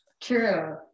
True